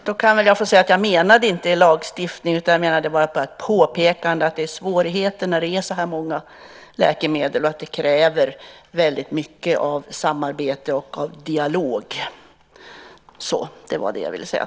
Fru talman! Då kan jag säga att jag inte menade att man skulle lagstifta utan det var ett påpekande om att det är svårigheter när det finns så många läkemedel och att det kräver mycket av samarbete och dialog. Det var det jag ville säga.